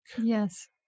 Yes